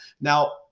Now